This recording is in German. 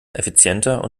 effizienter